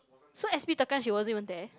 so s_p tekan she wasn't even there